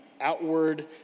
outward